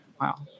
Wow